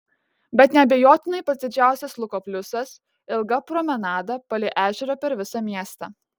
bet neabejotinai pats didžiausias luko pliusas ilga promenada palei ežerą per visą miestą